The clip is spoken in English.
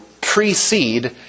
precede